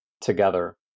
together